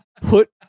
put